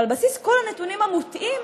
על בסיס כל הנתונים המוטעים